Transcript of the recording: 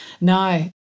no